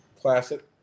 classic